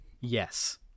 Yes